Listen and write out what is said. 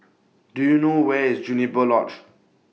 Do YOU know Where IS Juniper Lodge